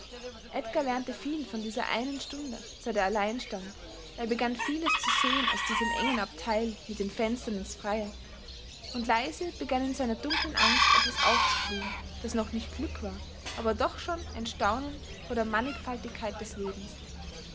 edgar lernte viel von dieser einen stunde seit er allein stand er begann vieles zu sehn aus diesem engen abteil mit den fenstern ins freie und leise begann in seiner dunklen angst etwas aufzublühen das noch nicht glück war aber doch schon ein staunen vor der mannigfaltigkeit des lebens